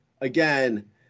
Again